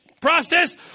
process